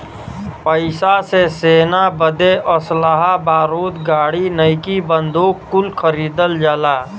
पइसा से सेना बदे असलहा बारूद गाड़ी नईकी बंदूक कुल खरीदल जाला